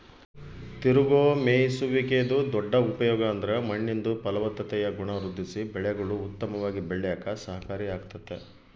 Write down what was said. ತಿರುಗೋ ಮೇಯ್ಸುವಿಕೆದು ದೊಡ್ಡ ಉಪಯೋಗ ಅಂದ್ರ ಮಣ್ಣಿಂದು ಫಲವತ್ತತೆಯ ಗುಣ ವೃದ್ಧಿಸಿ ಬೆಳೆಗುಳು ಉತ್ತಮವಾಗಿ ಬೆಳ್ಯೇಕ ಸಹಕಾರಿ ಆಗ್ತತೆ